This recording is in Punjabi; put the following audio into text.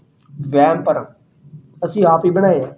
ਵਹਿਮ ਭਰਮ ਅਸੀਂ ਆਪ ਹੀ ਬਣਾਏ ਆ